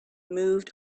moved